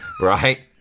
right